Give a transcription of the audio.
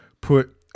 put